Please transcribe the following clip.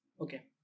Okay